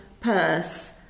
purse